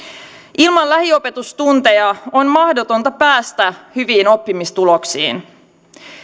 ilman lähiopetustunteja on mahdotonta päästä hyviin oppimistuloksiin